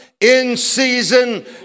in-season